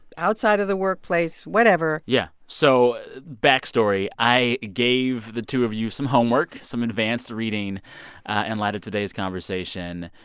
outside of the workplace, whatever yeah. so backstory, i gave the two of you some homework some advanced reading in and light of today's conversation.